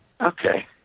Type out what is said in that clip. Okay